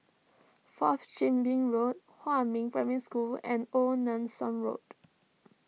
Fourth Chin Bee Road Huamin Primary School and Old Nelson Road